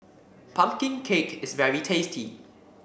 pumpkin cake is very tasty